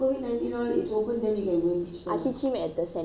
I teach him at the centre there's a centre to teach